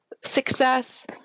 success